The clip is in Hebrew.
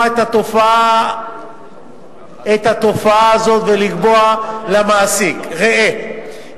את התופעה הזאת ולקבוע למעסיק: ראה,